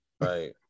Right